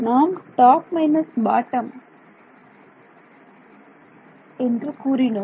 நாம் top minus bottom என்று கூறினோம்